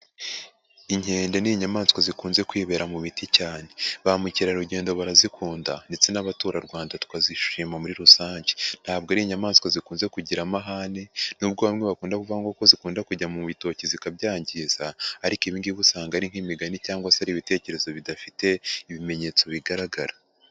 Inkende ni inyamanswa zikunze kwibera mu biti cyane, ba mukerarugendo barazikunda ndetse n'abaturarwanda tukazishima muri rusange ntabwo ari inyamanswa zikunze kugira amahane, n'ubwo bamwe bakunda kuvuga ngo ko zikunda kujya mu bitoki zikabyangiza ariko ibingibi usanga ari nk'imigani cyangwa se ari ibitekerezo bidafite ibimenyetso bigaragara.